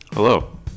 Hello